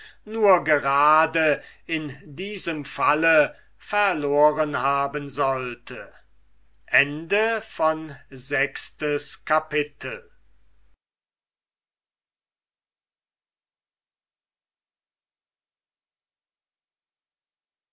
nur gerade in diesem falle verloren haben sollte siebentes kapitel